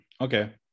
Okay